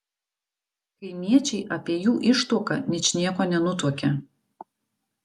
kaimiečiai apie jų ištuoką ničnieko nenutuokė